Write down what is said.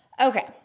Okay